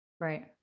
Right